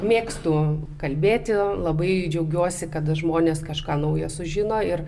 mėgstu kalbėti labai džiaugiuosi kad žmonės kažką naujo sužino ir